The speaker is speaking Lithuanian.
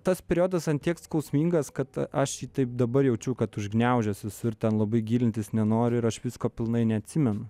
tas periodas ant tiek skausmingas kad aš jį taip dabar jaučiu kad užgniaužęs visur ten labai gilintis nenoriu ir aš visko pilnai neatsimenu